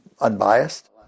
unbiased